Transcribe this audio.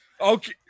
Okay